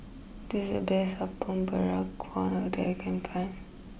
this is the best Apom Berkuah that I can find